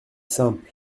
simple